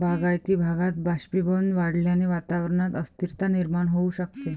बागायती भागात बाष्पीभवन वाढल्याने वातावरणात अस्थिरता निर्माण होऊ शकते